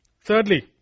Thirdly